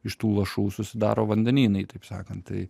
iš tų lašų susidaro vandenynai taip sakant tai